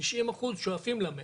בתשעים אחוז, אנחנו שואפים למאה.